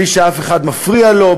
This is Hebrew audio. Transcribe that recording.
בלי שאף אחד מפריע לו,